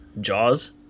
Jaws